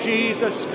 Jesus